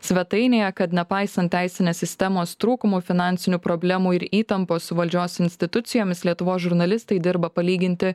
svetainėje kad nepaisant teisinės sistemos trūkumų finansinių problemų ir įtampos su valdžios institucijomis lietuvos žurnalistai dirba palyginti